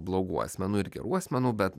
blogų asmenų ir gerų asmenų bet